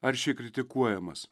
aršiai kritikuojamas